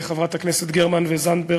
חברות הכנסת גרמן וזנדברג,